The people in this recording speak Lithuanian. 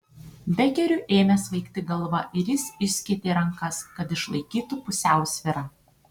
bekeriui ėmė svaigti galva ir jis išskėtė rankas kad išlaikytų pusiausvyrą